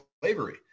slavery